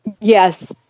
Yes